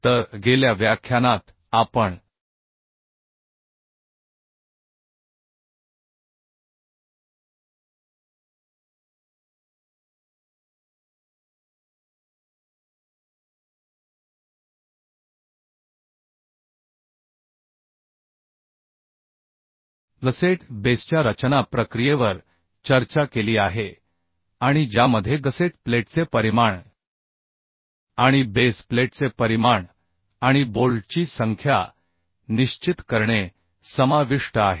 तर गेल्या व्याख्यानात आपण गसेट बेसच्या रचना प्रक्रियेवर चर्चा केली आहे आणि ज्यामध्ये गसेट प्लेटचे परिमाण आणि बेस प्लेटचे परिमाण आणि बोल्टची संख्या निश्चित करणे समाविष्ट आहे